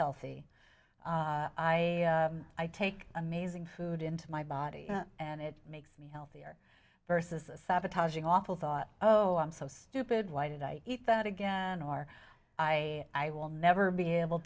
healthy i take amazing food into my body and it makes me healthier versus a sabotaging awful thought oh i'm so stupid why did i eat that again are i i will never be able